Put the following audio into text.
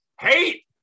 hate